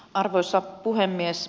arvoisa puhemies